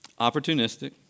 Opportunistic